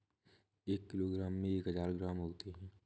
एक किलोग्राम में एक हजार ग्राम होते हैं